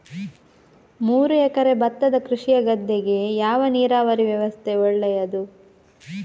ಮೂರು ಎಕರೆ ಭತ್ತದ ಕೃಷಿಯ ಗದ್ದೆಗೆ ಯಾವ ನೀರಾವರಿ ವ್ಯವಸ್ಥೆ ಒಳ್ಳೆಯದು?